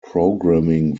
programming